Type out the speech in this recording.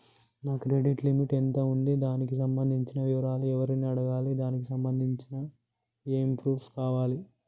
నా credit limit ఎంత ఉంది? దానికి సంబంధించిన వివరాలు ఎవరిని అడగాలి? దానికి సంబంధించిన ఏమేం ప్రూఫ్స్ కావాలి?